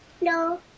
No